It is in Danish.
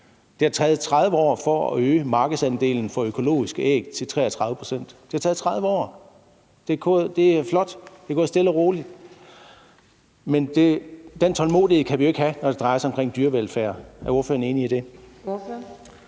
Det har taget 30 år at øge markedsandelen for økologiske æg til 33 pct. Det har taget 30 år! Det er flot, det er gået stille og roligt, men den tålmodighed kan vi ikke have, når det drejer sig om dyrevelfærd. Er ordføreren enig i det? Kl.